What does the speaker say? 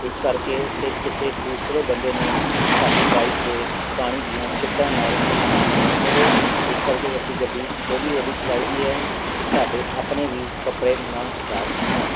ਇਸ ਕਰਕੇ ਅਤੇ ਕਿਸੇ ਦੂਸਰੇ ਬੰਦੇ ਨੂੰ ਸਾਡੀ ਬਾਈਕ ਦੇ ਪਾਣੀ ਦੀਆਂ ਛਿੱਟਾਂ ਨਾਲ ਨੁਕਸਾਨ ਨਾ ਹੋਵੇ ਇਸ ਕਰਕੇ ਅਸੀਂ ਗੱਡੀ ਹੌਲੀ ਹੌਲੀ ਚਲਾਈ ਦੀ ਹੈ ਅਤੇ ਸਾਡੇ ਆਪਣੇ ਵੀ ਕੱਪੜੇ ਨਾ ਖ਼ਰਾਬ ਹੋਣ